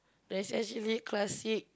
there's actually classic